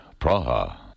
Praha